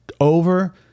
over